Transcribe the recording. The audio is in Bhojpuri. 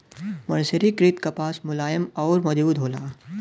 मर्सरीकृत कपास मुलायम आउर मजबूत होला